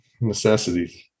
Necessities